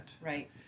Right